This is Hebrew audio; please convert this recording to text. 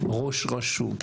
ראש רשות,